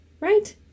Right